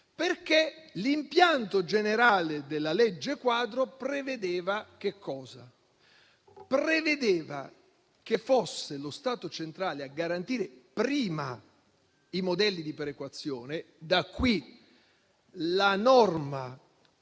L'impianto generale della legge quadro prevedeva che fosse lo Stato centrale a garantire prima i modelli di perequazione: da qui la norma